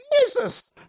Jesus